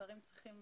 השרים צריכים